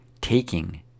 taking